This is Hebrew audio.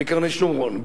בקרני-שומרון,